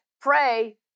pray